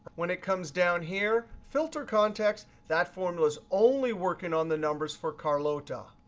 when it comes down here, filter context, that formula is only working on the numbers for carlota.